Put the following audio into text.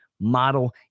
model